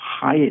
high